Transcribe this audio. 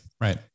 right